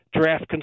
draft